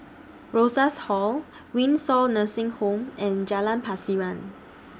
Rosas Hall Windsor Nursing Home and Jalan Pasiran